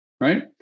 right